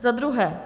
Za druhé.